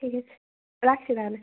ঠিক আছে রাখছি তাহলে